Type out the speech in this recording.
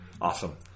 Awesome